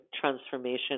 transformation